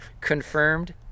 confirmed